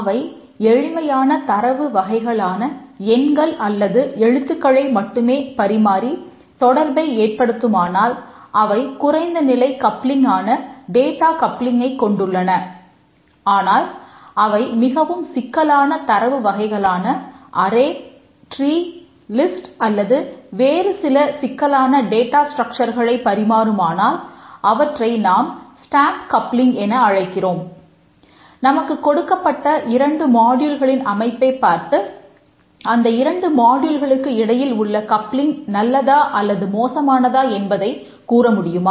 அவை எளிமையான தரவு வகைகளான எண்கள் அல்லது எழுத்துக்களை மட்டுமே பரிமாறி தொடர்பை ஏற்படுத்துமானால் அவை குறைந்த நிலை கப்ளிங்கான நல்லதா அல்லது மோசமானதா என்பதைக் கூற முடியுமா